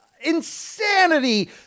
insanity